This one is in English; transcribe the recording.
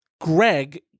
Greg